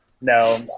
No